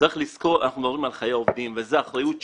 מדברים על חיי עובדים וזו אחריות שלנו,